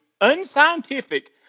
unscientific